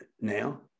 now